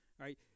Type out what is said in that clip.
right